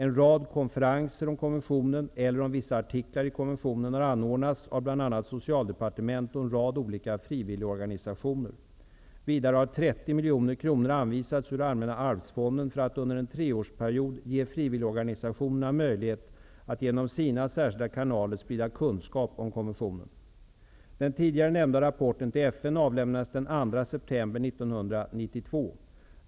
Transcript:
En rad konferenser om konventionen eller om vissa artiklar i konventionen har anordnats av bl.a. Socialdepartementet och en rad olika frivilligorganisationer. Vidare har 30 miljoner kronor anvisats ur Allämnna arvsfonden för att under en treårsperiod ge frivilligorganisationerna möjlighet att genom sina särskilda kanaler sprida kunskap om konventionen. Den tidigare nämnda rapporten till FN avlämnades den 2 september 1992.